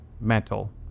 metal